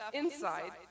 inside